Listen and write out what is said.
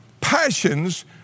passions